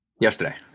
Yesterday